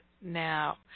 now